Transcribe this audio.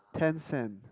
tencent